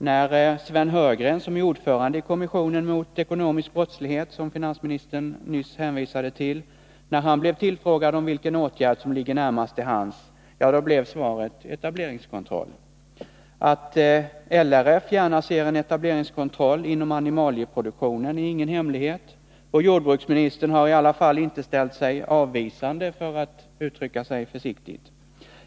När Sven Heurgren, som är ordförande i kommissionen mot ekonomisk brottslighet, som finansministern nyss hänvisade till, blev tillfrågad om vilken åtgärd som ligger närmast till hands, blev svaret ”etableringskontroll”. Att LRF gärna ser en etableringskontroll inom animalieproduktionen är ingen hemlighet, och jordbruksministern har i alla fall inte ställt sig avvisande — för att uttrycka sig försiktigt.